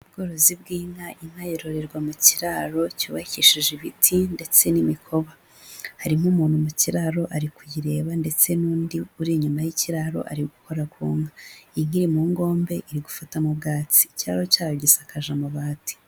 Ubworozi bw'inka inka yororerwa mu kiraro cyubakishije ibiti ndetse n'imikoba, harimo umuntu mu kiraro ari kuyireba ndetse n'undi uri inyuma y'ikiraro ari gukora ku nka, inka iri mu ngombe iri gufatamo ubwatsi, ikiraro cyayo gisakaje amabati.